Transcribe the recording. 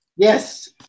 Yes